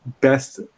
best